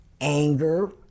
anger